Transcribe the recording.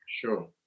sure